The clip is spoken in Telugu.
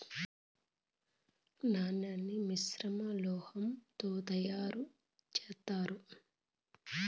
నాణాన్ని మిశ్రమ లోహం తో తయారు చేత్తారు